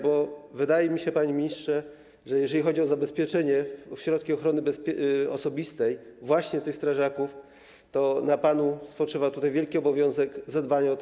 Bo wydaje mi się, panie ministrze, że jeżeli chodzi o zabezpieczenie w środki ochrony osobistej właśnie strażaków, to na panu spoczywa wielki obowiązek zadbania o to.